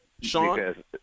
Sean